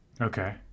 Okay